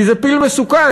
כי זה פיל מסוכן.